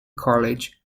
college